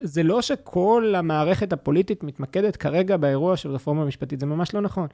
זה לא שכל המערכת הפוליטית מתמקדת כרגע באירוע של הרפורמה משפטית, זה ממש לא נכון.